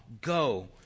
Go